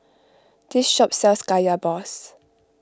this shop sells Kaya Balls